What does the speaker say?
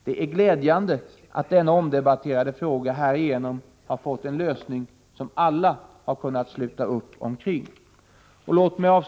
Det är glädjande att denna omdebatterade fråga härigenom har fått en lösning som alla kunnat sluta upp omkring. Fru talman!